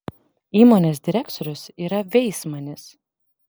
įmonės direktorius yra veismanis